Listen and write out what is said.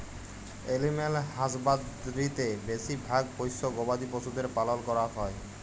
animal হাসবাদরীতে বেশি ভাগ পষ্য গবাদি পশুদের পালল ক্যরাক হ্যয়